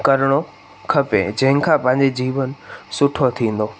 करिणो खपे जंहिंखां पंहिंजे जीवन सुठो थींदो